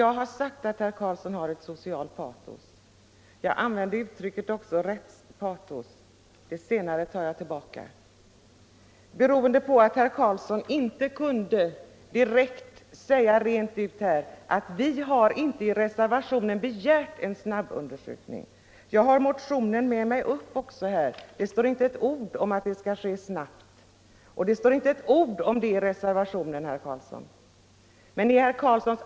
Jag har sagt att herr Carlsson har ett socialt patos, och jag använde i det sammanhanget också uttrycket ”rättspatos”. Det senare tar jag tillbaka beroende på att herr Carlsson inte rent ut kunde medge att man i reservationen inte begärt en snabbundersökning. Jag har reservationen uppslagen framför mig, och jag kan där inte finna ett ord om att utredningen skall genomföras snabbt.